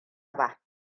ba